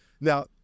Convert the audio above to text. Now